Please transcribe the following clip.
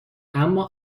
اما